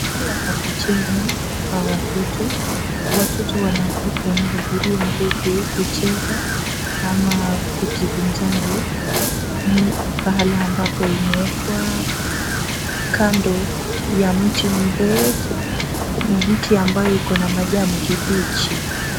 Mahali pa kucheza pa watoto. Watoto wanahudhuria huku kucheza ama kujivinjari pahali ambapo imeekwa kando ya mti mrefu. Mti ambayo iko na majani kibichi.